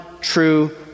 true